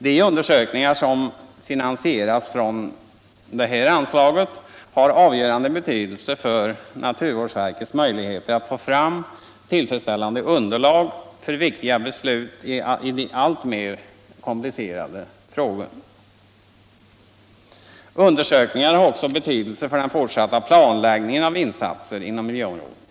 De undersökningar som finansieras från detta anslag har avgörande betydelse för naturvårdsverkets möjligheter att få fram tillfredsställande underlag för viktiga beslut i alltmer komplicerade frågor. Undersökningarna har också betydelse för den fortsatta planläggningen av insatser inom miljöområdet.